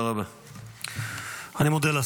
תודה רבה.